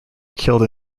killed